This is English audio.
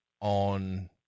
on